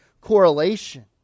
correlation